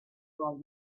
from